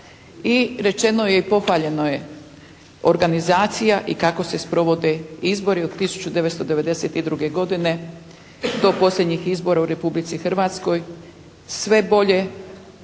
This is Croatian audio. I rečeno je i pohvaljeno je organizacija i kako se sprovode izbori od 1992. godine do posljednjih izbora u Republici Hrvatskoj. Sve bolje,